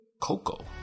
Coco